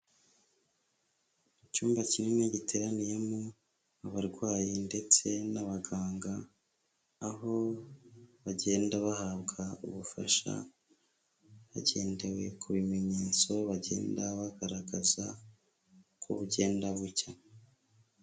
Icyumba kinini giteraniyemo abarwayi ndetse n'abaganga, aho bagenda bahabwa ubufasha hagendewe ku bimenyetso bagenda bagaragaza, uko bugenda bucya.